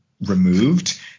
removed